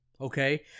okay